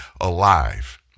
alive